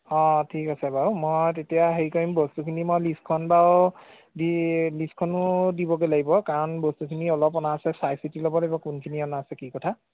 অঁ ঠিক আছে বাৰু মই তেতিয়া হেৰি কৰিম বস্তুখিনি মই লিষ্টখন বাৰু দি লিষ্টখনো দিবগৈ লাগিব কাৰণ বস্তুখিনি অলপ অনা আছে চাই চিতি ল'ব লাগিব কোনখিনি অনা আছে কি কথা